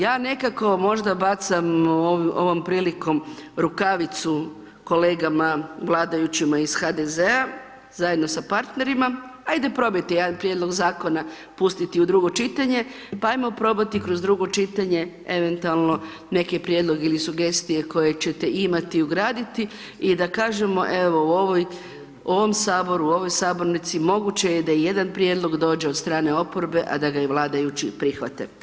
Ja nekako možda bacam ovom prilikom rukavicu kolegama vladajućima iz HDZ-a zajedno sa partnerima, ajde probajte jedan prijedlog Zakona pustiti u drugo čitanje, pa ajmo probati kroz drugo čitanje eventualno neke prijedloge ili sugestije koje ćete imati, ugraditi i da kažemo, evo, u ovom Saboru, u ovoj Sabornici moguće je da jedan prijedlog dođe od strane oporbe, a da ga i vladajući prihvate.